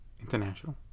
international